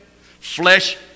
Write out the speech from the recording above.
Flesh